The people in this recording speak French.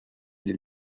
les